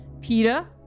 Peter